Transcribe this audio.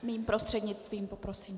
Mým prostřednictvím poprosím.